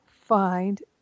find